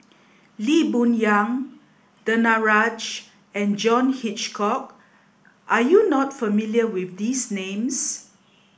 Lee Boon Yang Danaraj and John Hitchcock are you not familiar with these names